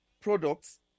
products